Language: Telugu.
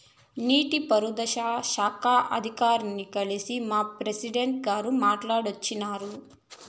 నీటి పారుదల శాఖ అధికారుల్ని కల్సి మా ప్రెసిడెంటు గారు మాట్టాడోచ్చినారు